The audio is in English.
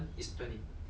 mm